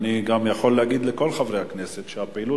אני גם יכול להגיד לכל חברי הכנסת שהפעילות